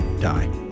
die